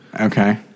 Okay